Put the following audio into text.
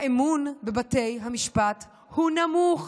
האמון בבתי המשפט הוא נמוך.